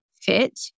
fit